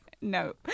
no